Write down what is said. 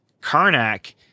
Karnak